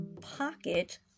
pocket